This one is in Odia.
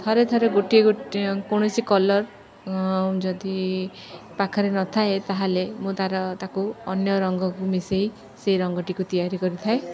ଥରେ ଥରେ ଗୋଟିଏ ଗୋଟିଏ କୌଣସି କଲର୍ ଯଦି ପାଖରେ ନଥାଏ ତା'ହେଲେ ମୁଁ ତା'ର ତାକୁ ଅନ୍ୟ ରଙ୍ଗକୁ ମିଶାଇ ସେହି ରଙ୍ଗଟିକୁ ତିଆରି କରିଥାଏ